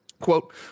Quote